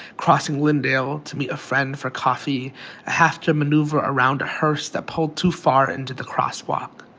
crossing lyndale to meet a friend for coffee, i have to maneuver around a hearse that pulled too far into the crosswalk.